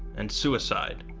and suicide.